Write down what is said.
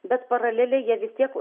bet paraleliai jie vis tiek